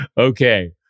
Okay